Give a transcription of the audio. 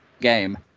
game